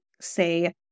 say